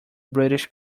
british